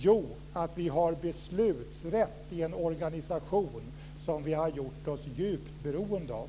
Jo, att vi har beslutsrätt i en organisation som vi har gjort oss djupt beroende av.